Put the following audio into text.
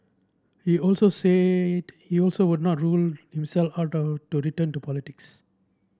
he also said he also would not rule himself out of to return to politics